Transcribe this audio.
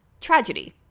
tragedy